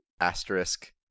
Asterisk